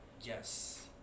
Yes